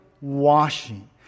washing